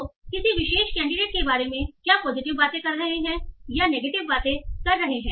लोग किसी विशेष कैंडिडेट के बारे में क्या पॉजिटिव बातें कर रहे हैं या क्या नेगेटिव बातें कर रहे हैं